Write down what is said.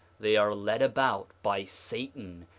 they are led about by satan,